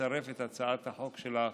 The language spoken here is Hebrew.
ולצרף את הצעת החוק שלך